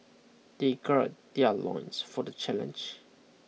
they gird their loins for the challenge